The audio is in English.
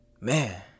man